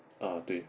ah 对